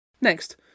Next